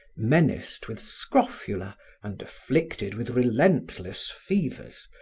menaced with scrofula and afflicted with relentless fevers,